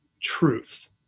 truth